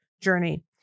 journey